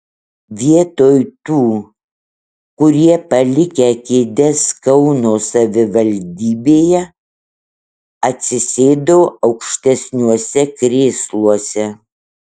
vietoj tų kurie palikę kėdes kauno savivaldybėje atsisėdo aukštesniuose krėsluose